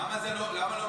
למה לא מאשרים?